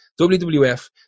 WWF